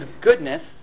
goodness